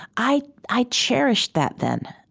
i i cherished that then.